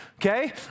okay